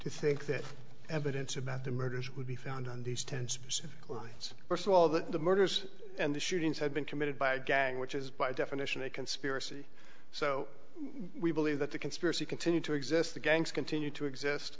to think that evidence about the murders would be found on these ten specific lines first of all that the murders and the shootings had been committed by a gang which is by definition a conspiracy so we believe that the conspiracy continued to exist the gangs continue to exist